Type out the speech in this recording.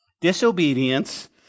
disobedience